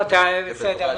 בסדר.